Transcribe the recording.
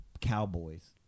cowboys